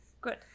Good